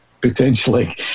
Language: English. potentially